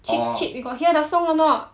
cheap cheap you got hear the song or not